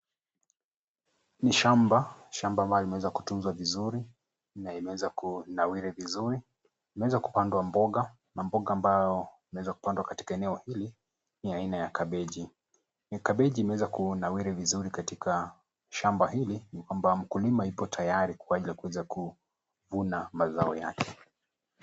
Ni shamba, shamba ambalo limeweza kutunzwa vizuri na imeweza kunawiri vizuri. Imeweza kupandwa mboga na ambayo imeweza kupandwa katika eneo hili ni aina ya kabeji. Kabeji imeweza kunawiri vizuri katika shamba hili ambao mkulima yuko tayari kwa ajili ya kuweza kuvuna mazao yake.